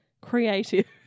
creative